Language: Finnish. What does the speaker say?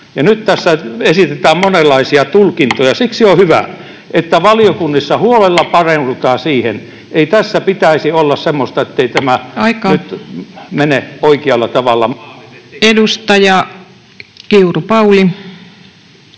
nyt tässä esitetään monenlaisia tulkintoja. Siksi on hyvä, että valiokunnissa huolella paneudutaan siihen. Ei tässä pitäisi olla semmoista, ettei tämä [Puhemies: Aika!] nyt mene oikealla